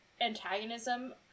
antagonism